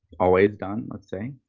always done let's say.